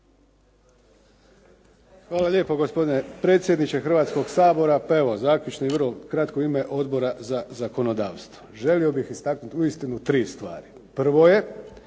Hvala lijepo gospodine predsjedniče Hrvatskog sabora. Pa evo zaključno i vrlo kratko u ime Odbora za zakonodavstvo želio bih istaknuti uistinu 3 stvari. Prvo je